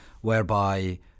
whereby